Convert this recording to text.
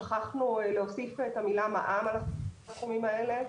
שכחנו להוסיף את המילה מע"מ על הסכומים האלה.